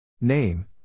Name